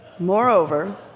Moreover